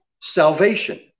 Salvation